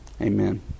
Amen